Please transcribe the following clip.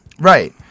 Right